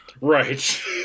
Right